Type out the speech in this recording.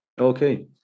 Okay